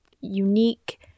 unique